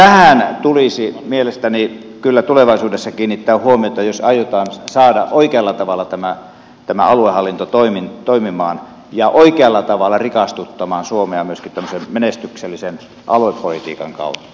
tähän tulisi mielestäni kyllä tulevaisuudessa kiinnittää huomiota jos aiotaan saada oikealla tavalla tämä aluehallinto toimimaan ja oikealla tavalla rikastuttamaan suomea myöskin tämmöisen menestyksellisen aluepolitiikan kautta